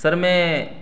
سر میں